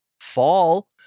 fall